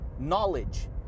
Knowledge